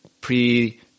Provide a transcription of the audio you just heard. pre